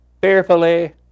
fearfully